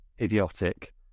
idiotic